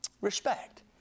Respect